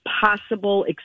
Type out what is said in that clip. possible